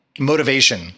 motivation